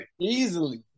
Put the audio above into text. Easily